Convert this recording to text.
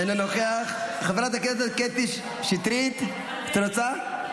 אינו נוכח, חברת הכנסת קטי שטרית, מוותרת.